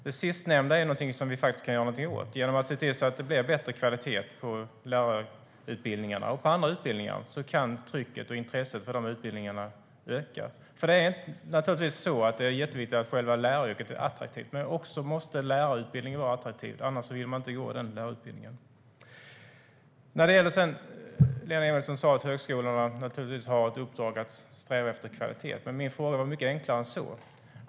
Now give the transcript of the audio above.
Det sistnämnda är någonting som vi faktiskt kan göra något åt. Genom att se till att det blir bättre kvalitet på lärarutbildningarna och andra utbildningar kan trycket och intresset för de utbildningarna öka. Det är jätteviktigt att själva läraryrket blir attraktivt. Men också lärarutbildningen måste vara attraktiv. Annars vill studenterna inte gå den lärarutbildningen. Lena Emilsson sa att högskolorna naturligtvis har ett uppdrag att sträva efter kvalitet. Men min fråga var mycket enklare än så.